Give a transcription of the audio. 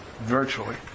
virtually